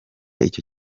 icyo